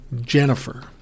Jennifer